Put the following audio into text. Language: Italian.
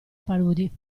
paludi